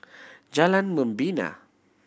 Jalan Membina